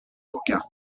boca